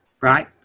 right